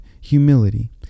humility